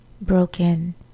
broken